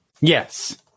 Yes